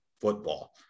football